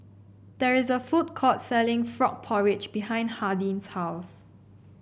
there is a food court selling Frog Porridge behind Hardin's house